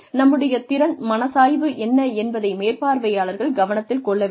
நம்முடைய திறன் மன சாய்வு என்ன என்பதை மேற்பார்வையாளர்கள் கவனத்தில் கொள்ள வேண்டும்